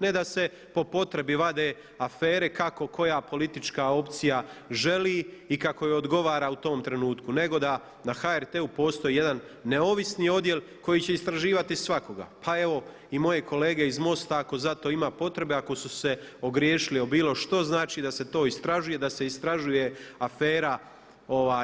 Ne da se po potrebi vade afere kako koja politička opcija želi i kako joj odgovara u tom trenutku, nego da na HRT-u postoji jedan neovisni odjel koji će istraživati svakoga, pa evo i moje kolege iz MOST-a ako za to ima potrebe ako su se ogriješili o bilo što znači da se to istražuje, da se istražuje afera